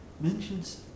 mentions